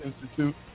Institute